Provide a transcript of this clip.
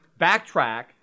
backtrack